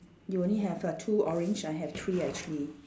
you only have uh two orange I have three actually